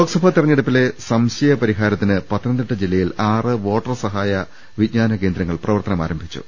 ലോക്സഭാ തെരഞ്ഞെടുപ്പിലെ സംശയ പരിഹാരത്തിന് പത്ത നംതിട്ട ജില്ലയിൽ ആറ് വോട്ടർ സഹായ വിജ്ഞാന കേന്ദ്രങ്ങൾ പ്രവർത്തനം ആരംഭിച്ചു